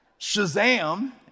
Shazam